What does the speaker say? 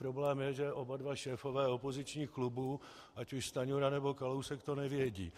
Problém je, že oba dva šéfové opozičních klubů, ať už Stanjura, nebo Kalousek, to nevědí.